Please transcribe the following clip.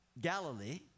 Galilee